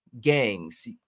gangs